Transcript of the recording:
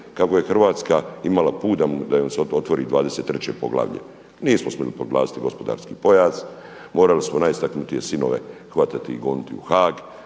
kako je Hrvatska imala put da im se otvori 23. poglavlje. Nismo smjeli proglasiti gospodarski pojas, morali smo najistaknutije sinove hvatati i goniti u Haag,